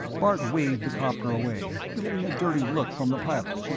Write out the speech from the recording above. bart waved the copter away, getting a dirty look from the pilot,